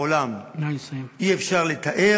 את ההישגים והפעולות והעשייה בארץ ובעולם אי-אפשר לתאר,